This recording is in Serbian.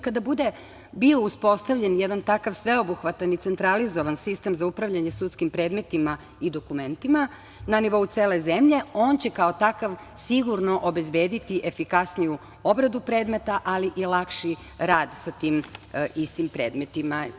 Kada bude bio uspostavljen jedan takav sveobuhvatan i centralizovan sistem za upravljanje sudskim predmetima i dokumentima na nivou cele zemlje on će kao takav sigurno obezbediti efikasniju obradu predmeta, ali i lakši rad sa tim istim predmetima.